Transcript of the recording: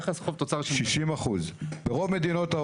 מה היחס של חוב תוצר במדינת ישראל?